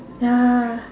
ya